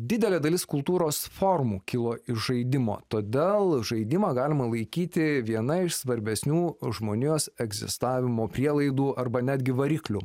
didelė dalis kultūros formų kilo iš žaidimo todėl žaidimą galima laikyti viena iš svarbesnių žmonijos egzistavimo prielaidų arba netgi variklių